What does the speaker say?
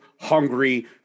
hungry